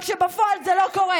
רק שבפועל זה לא קורה.